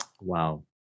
Wow